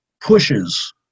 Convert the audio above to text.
pushes